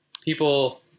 people